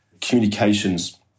communications